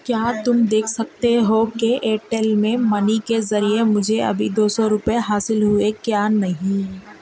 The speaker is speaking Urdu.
کیا تم دیکھ سکتے ہو کہ ایئرٹیل میں منی کے ذریعے مجھے ابھی دو سو روپئے حاصل ہوئے کیا نہیں